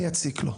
אני אציק לו.